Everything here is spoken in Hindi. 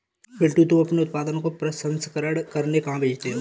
पिंटू तुम अपने उत्पादन को प्रसंस्करण करने कहां भेजते हो?